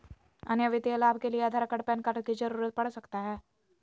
अन्य वित्तीय लाभ के लिए आधार कार्ड पैन कार्ड की जरूरत पड़ सकता है?